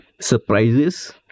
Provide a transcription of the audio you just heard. surprises